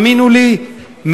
תאמינו לי,